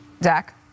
Dak